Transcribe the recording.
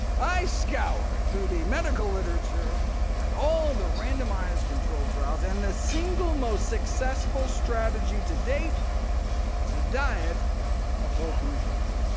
i scoured through the medical literature and all the randomized controlled trials, and the single most successful strategy to date is a diet of whole plant foods.